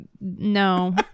No